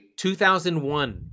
2001